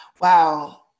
wow